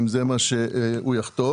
אם זה מה שהוא יחטוף.